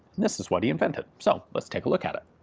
this is what he invented. so let's take a look at it.